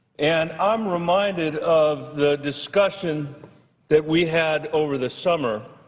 and i'm reminded of the discussion that we had over the summer